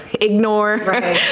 ignore